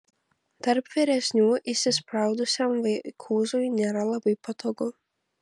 tarp vyresnių įsispraudusiam vaikūzui nėra labai patogu